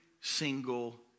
single